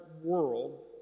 world